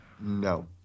No